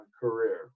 career